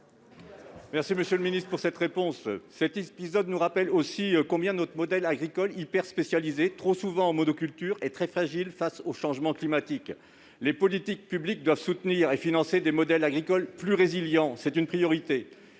monsieur le ministre. Cet épisode nous rappelle aussi combien notre modèle agricole hyperspécialisé, trop souvent en monoculture, est très fragile face au changement climatique. Les politiques publiques doivent soutenir et financer des modèles agricoles plus résilients ; c'est une priorité.